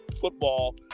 football